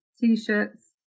t-shirts